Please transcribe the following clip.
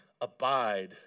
abide